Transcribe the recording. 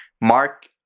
Mark